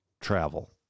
travel